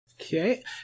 Okay